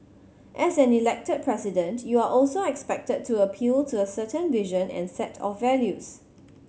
as an Elected President you are also expected to appeal to a certain vision and set of values